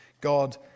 God